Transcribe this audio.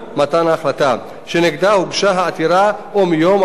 ההחלטה שנגדה הוגשה העתירה או מיום הבחירות,